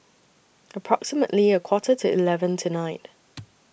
approximately A Quarter to eleven tonight